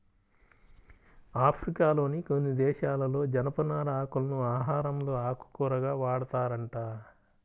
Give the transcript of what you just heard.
ఆఫ్రికాలోని కొన్ని దేశాలలో జనపనార ఆకులను ఆహారంలో ఆకుకూరగా వాడతారంట